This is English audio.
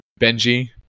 benji